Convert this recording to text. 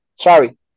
Sorry